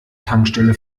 tankstelle